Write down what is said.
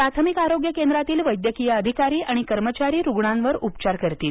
प्राथमिक आरोग्य केंद्रातील वैद्यकीय अधिकारी आणि कर्मचारी रूग्णांवर उपचार करतील